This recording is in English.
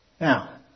Now